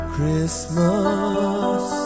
Christmas